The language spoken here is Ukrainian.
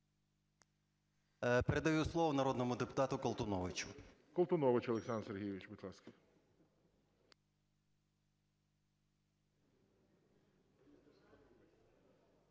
Передаю слово народному депутату Колтуновичу.